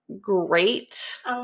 great